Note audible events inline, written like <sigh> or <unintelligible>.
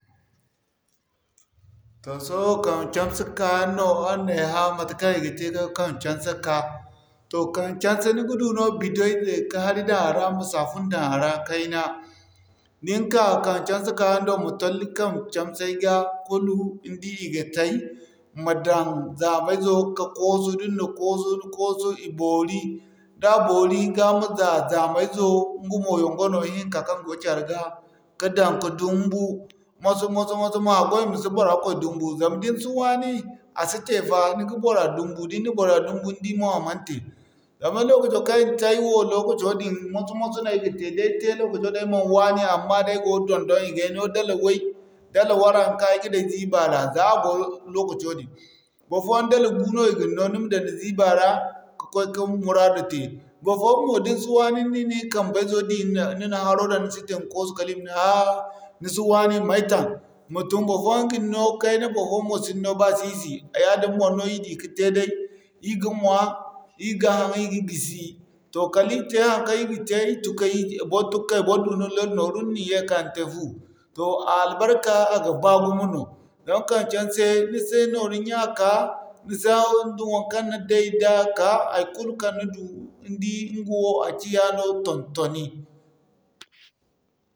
Toh sohõ kambe camse ka yaŋ no aran na ay hã matekaŋ i ga te ka kambe camse ka. Toh kambe camse ni ga du no bido ize ma hari daŋ a ra ma safun daŋ a ra kayna. Diŋka kambe camse ka yaŋ do ma tolli kambe camse ga <unintelligible> ni di i ga tay, ma daŋ zaama izo ka koosu din na koosu ni koosu i boori. Da boori ga ma za zaama izo iŋga mo yongo wano i hinŋka kaŋgo care ga ka daŋ ka dumbu moso-moso moso-moso ma hagway ma si bora kway dumbu. Zama da ni si wani a si te fa, ni ga bora dumbu, da ni na bora dumbu ni di mo a man te. Zama lokaco kaŋ ay na te ay wo lokaco din moso-moso no ay ga tey, day tey lokaco din ay man wani amma day ay go don-don i gay no dala way, dala waranka ay ga daŋ ay ziiba ra za a go lokaco din. Barfoyaŋ dala gu no i gin no ni ma daŋ ni ziiba ra, ka'koy kin muraadu tey. Barfoyaŋ mo din si waani, ni na i kambe izo di ni na haro daŋ ni sintin ka koosu kala i ma ney a'a, ni si waani ma ay taŋ. Ma tun barfoyaŋ gin no kayna, barfoyaŋ mo siŋ no ba sisi yaadin boŋ no i di ka tey day, ir ga ɲwaa, ir ga haŋ ir ga gisi. Toh kala ir tey haŋkaŋ ir ga tey ir tun kay, bor tun kay bor du ni loro nooru ni nin yee ka'ka yaŋ te fu. Toh a albarka a ga baa gumo no din kaŋ canse, ni sin nooru ɲya ka, ni si hawru nda naŋkaŋ ni day da, ka haikulu kaŋ ni du ni di ŋgawo a ciya no ton-toni.